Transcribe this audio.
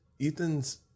Ethan's